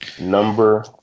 Number